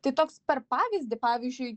tai toks per pavyzdį pavyzdžiui